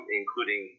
including